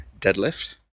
deadlift